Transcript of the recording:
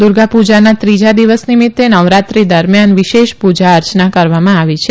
દુર્ગાપુજાના ત્રીજા દિવસ નિમિત્તે નવરાત્રી દરમિયાન વિશેષ પુજા અર્ચના કરવામાં આવી છે